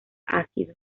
ácido